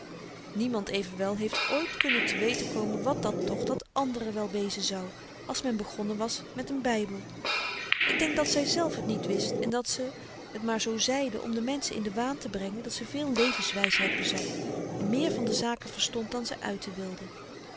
niemand evenwel heeft ooit kunnen te weten komen wat dan toch dat andere wel wezen zou als men begonnen was met n bybel ik denk dat zyzelf t niet wist en dat ze t maar zoo zeide om de menschen in den waan te brengen dat ze veel levenswysheid bezat en meer van de zaken verstond dan zy uiten wilde